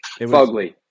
Fugly